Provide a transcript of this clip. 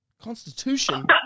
Constitution